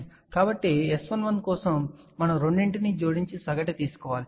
కాబట్టి S11 కోసం మనం రెండింటినీ జోడించి సగటు తీసుకోవాలి